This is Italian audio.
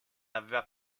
aveva